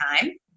time